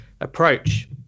approach